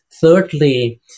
Thirdly